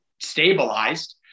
stabilized